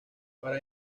para